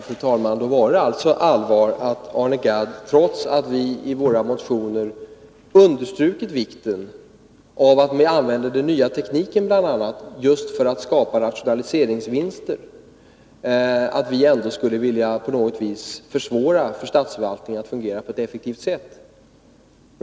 Fru talman! Då var det alltså allvar att Arne Gadd menar att vi, trots att vi i våra motioner bl.a. understrukit vikten av att man använder den nya tekniken för att skapa rationaliseringsvinster, på något sätt skulle vilja göra det svårare för statsförvaltningen att arbeta effektivt.